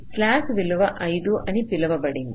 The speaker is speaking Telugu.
స్లాక్ విలువ 5 అని చెప్పబడింది